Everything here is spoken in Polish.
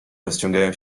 rozciągają